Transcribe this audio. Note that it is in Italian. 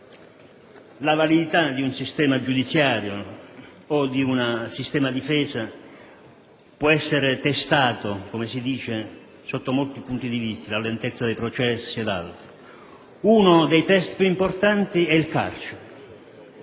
la validità di un sistema giudiziario o di un sistema difesa può essere testata, come si suol dire, sotto molti punti di vista (la lentezza dei processi ed altro). Uno dei *test* più importanti è il carcere.